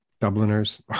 Dubliners